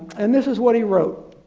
and this is what he wrote